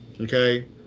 Okay